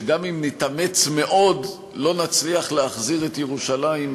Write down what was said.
שגם אם נתאמץ מאוד לא נצליח להחזיר את ירושלים,